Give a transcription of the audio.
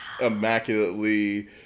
immaculately